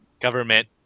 government